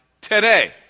today